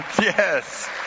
yes